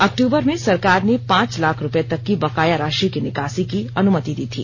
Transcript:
October में सरकार ने पांच लाख रुपये तक की बकाया राशि की निकासी की अनुमति दी थी